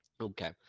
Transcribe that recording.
Okay